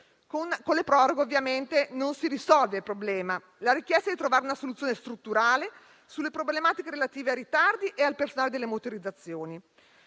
Con le proroghe ovviamente non si risolve il problema. La richiesta è di trovare una soluzione strutturale alle problematiche relative ai ritardi e al personale delle motorizzazioni.